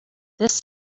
this